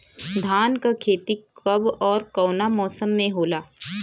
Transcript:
धान क खेती कब ओर कवना मौसम में होला?